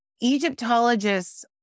Egyptologists